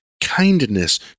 kindness